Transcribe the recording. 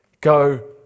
go